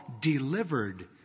delivered